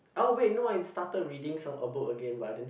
oh wait no I started reading some a book again but I didn't